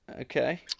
Okay